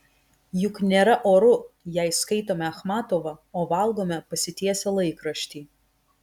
juk nėra oru jei skaitome achmatovą o valgome pasitiesę laikraštį